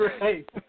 right